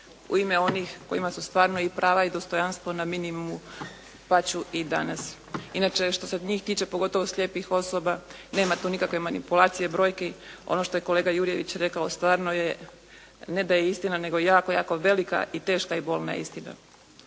u ime onih kojima su stvarno i prava i dostojanstvo na minimumu pa ću i danas. Inače, što se njih tiče, pogotovo slijepih osoba nema tu nikakve manipulacije brojki. Ono što je kolega Jurjević rekao stvarno je ne da je istina nego je jako, jako velika i teška i bolna istina.